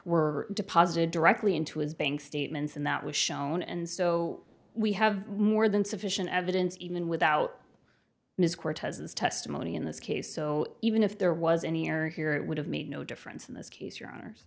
were deposited directly into his bank statements and that was shown and so we have more than sufficient evidence even without ms cortez's testimony in this case so even if there was any error here it would have made no difference in this case your hono